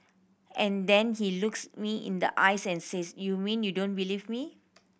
and then he looks me in the eyes and says you mean you don't believe me